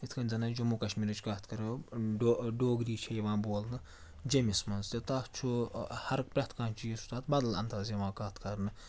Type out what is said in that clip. یِتھ کٔنۍ زَن أسۍ جموں کَشمیٖرٕچ کَتھ کَرو ڈوگری چھےٚ یِوان بولنہٕ جیٚمِس منٛز تہِ تَتھ چھُ ہَر پرٛٮ۪تھ کانٛہہ چیٖز چھُ تَتھ بدل اَنداز یِوان کَتھ کَرنہٕ